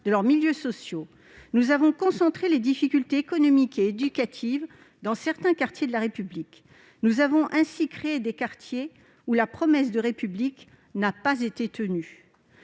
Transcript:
de leurs milieux sociaux. Nous avons concentré les difficultés économiques et éducatives dans certains quartiers de la République. Nous avons ainsi créé des quartiers où la promesse de République n'a pas été tenue.